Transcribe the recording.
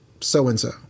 so-and-so